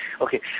Okay